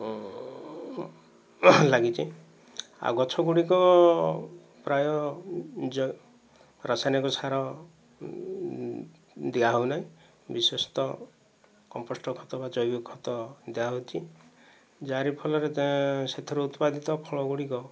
ଓ ଲାଗିଛି ଆଉ ଗଛ ଗୁଡ଼ିକ ପ୍ରାୟ ରାସାୟନିକ ସାର ଦିଆ ହେଉ ନାହିଁ ବିଶେଷତଃ କମ୍ପୋଷ୍ଟ ଖତ ବା ଜୈବିକ ଖତ ଦିଆ ହେଉଛି ଯାହାରି ଫଳରେ ତା ସେଥିରୁ ଉତ୍ପାଦିତ ଫଳ ଗୁଡ଼ିକ